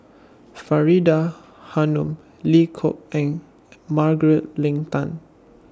Faridah Hanum Lim Kok Ann Margaret Leng Tan